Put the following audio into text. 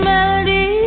Melody